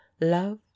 love